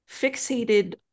fixated